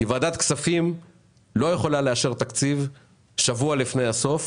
כי ועדת כספים לא יכולה לאשר תקציב שבוע לפני הסוף